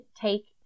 take